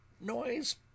noise